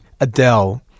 Adele